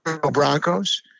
Broncos